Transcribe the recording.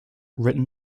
written